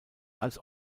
als